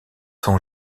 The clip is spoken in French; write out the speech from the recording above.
sont